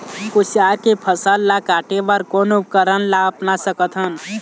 कुसियार के फसल ला काटे बर कोन उपकरण ला अपना सकथन?